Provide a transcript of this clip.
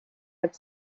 have